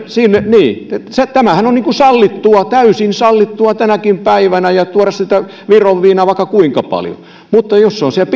sinne tämähän on sallittua täysin sallittua tänäkin päivänä tuoda sitä viron viinaa vaikka kuinka paljon mutta jos se on siellä